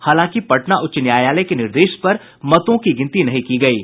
हालांकि पटना उच्च न्यायालय के निर्देश पर मतों की गिनती नहीं की गयी है